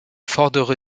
fordere